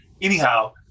anyhow